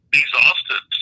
exhausted